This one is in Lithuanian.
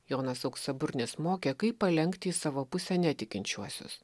jonas auksaburnis mokė kaip palenkti į savo pusę netikinčiuosius